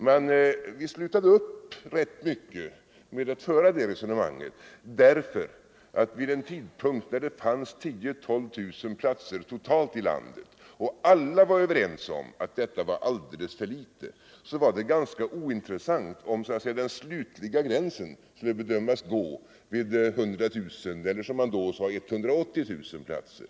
Men vi slutade att föra det resonemanget därför att vid den tidpunkten då det totalt fanns 10 000-12 000 platser i landet och alla var överens om att detta var alldeles för litet, var det ganska ointressant om den så att säga slutliga gränsen bedömdes gå vid 100 000 — eller som man då sade 180 000 platser.